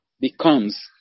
becomes